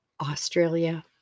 Australia